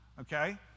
Okay